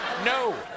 No